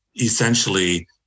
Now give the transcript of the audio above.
essentially